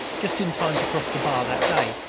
just in time to cross the bar that day,